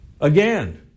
Again